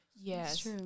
yes